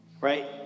right